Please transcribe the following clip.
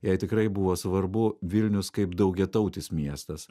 jai tikrai buvo svarbu vilnius kaip daugiatautis miestas